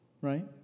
right